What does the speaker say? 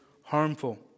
harmful